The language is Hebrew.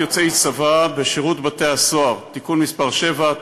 (הוראת שעה) (הצבת יוצאי צבא בשירות בתי-הסוהר) (תיקון מס' 7),